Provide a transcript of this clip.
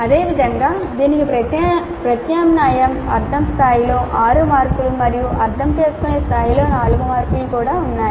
అదేవిధంగా దీనికి ప్రత్యామ్నాయం అర్థం స్థాయిలో 6 మార్కులు మరియు అర్థం చేసుకునే స్థాయిలో 4 మార్కులు కూడా ఉన్నాయి